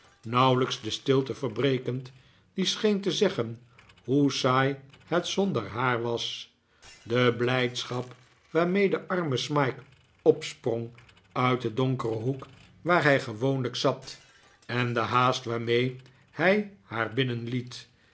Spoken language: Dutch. nauwelijks de stilte verbrekend die scheen te zeggen hoe saai het zonder haar was de blijdschap waarmee de arme smike opsprong uit den donkeren hoek waar hij gewoonlijk zat en de haast waarmee hij haar binnenliet